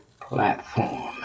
platform